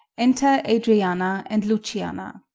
enter adriana and luciana